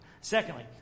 Secondly